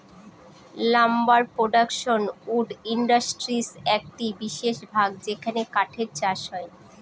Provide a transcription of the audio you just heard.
lumber production wood ইন্ডাস্ট্রির একটি বিশেষ ভাগ যেখানে কাঠের চাষ হয়